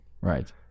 Right